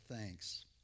thanks